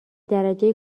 درجه